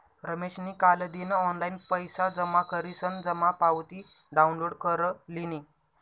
रमेशनी कालदिन ऑनलाईन पैसा जमा करीसन जमा पावती डाउनलोड कर लिनी